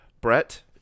Brett